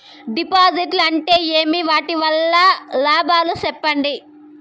డిపాజిట్లు అంటే ఏమి? వాటి వల్ల లాభాలు సెప్పండి?